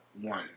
one